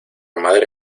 madre